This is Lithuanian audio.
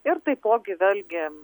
ir taipogi vėlgi